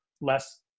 less